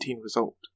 result